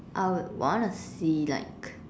I would want to see like